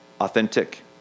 Authentic